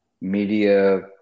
media